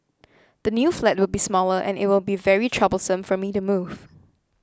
the new flat will be smaller and it will be very troublesome for me to move